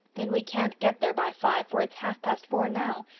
then we can't get there by five, for it's half past four now,